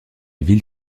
ville